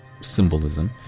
symbolism